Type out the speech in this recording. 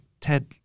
Ted